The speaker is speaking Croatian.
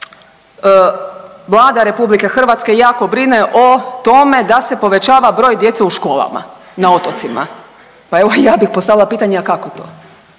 Vlada RH jako brine o tome da se povećava broj djece u školama na otocima. Pa evo ja bih postavila pitanje, a kako to?